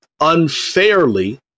unfairly